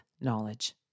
knowledge